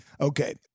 Okay